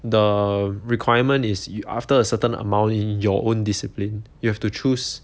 the requirement is y~ after a certain amount in your own discipline you have to choose